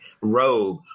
robe